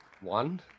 One